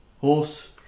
Horse